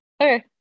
Okay